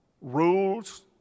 Rules